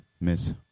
Miss